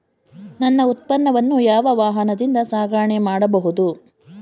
ನನ್ನ ಉತ್ಪನ್ನವನ್ನು ಯಾವ ವಾಹನದಿಂದ ಸಾಗಣೆ ಮಾಡಬಹುದು?